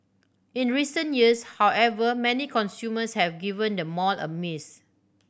in recent years however many consumers have given the mall a miss